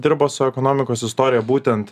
dirba su ekonomikos istorija būtent